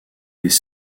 des